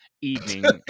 evening